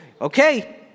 okay